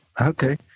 okay